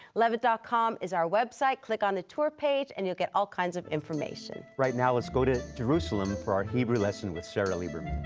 levitt dot com is our website click on the tour page and you'll get all kinds of information. right now let's go to jerusalem for our hebrew lesson with sarah liberman.